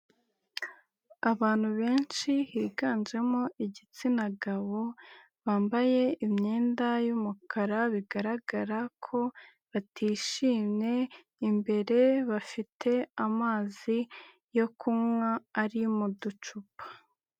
Abantu benshi higanjemo igitsina gabo, bambaye imyenda y'umukara bigaragara ko batishimye, imbere bafite amazi yo kunywa ari mu ducupa.